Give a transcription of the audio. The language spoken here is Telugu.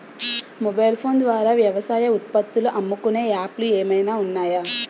మొబైల్ ఫోన్ ద్వారా వ్యవసాయ ఉత్పత్తులు అమ్ముకునే యాప్ లు ఏమైనా ఉన్నాయా?